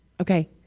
Okay